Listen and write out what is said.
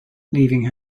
leaving